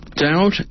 Doubt